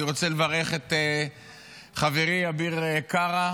אני רוצה לברך את חברי אביר קארה